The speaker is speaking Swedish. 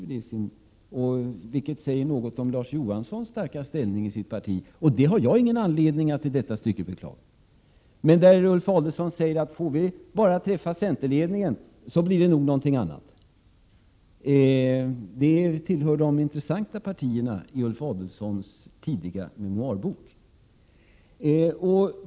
Detta säger något om Larz Johanssons starka ställning i sitt parti. Det har jag ingen anledning att i detta stycke beklaga. Men Ulf Adelsohn skriver också i boken att om moderaterna fått träffa centerledningen hade situationen blivit en annan. Detta hör till de intressanta delarna av Ulf Adelsohns tidiga memoarbok.